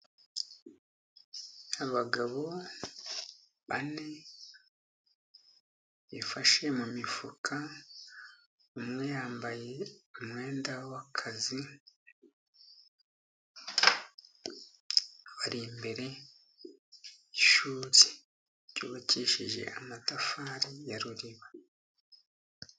Abagabo bane bafashe mu mifuka, umwe yambaye umwenda w'akazi, bari imbere y'ishuri ryubakishije amatafari ya ruriba,